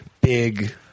Big